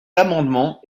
amendement